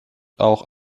auch